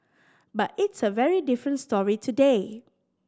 but it's a very different story today